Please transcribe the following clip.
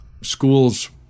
schools